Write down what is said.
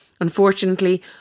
Unfortunately